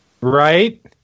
Right